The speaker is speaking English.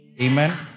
Amen